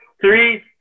three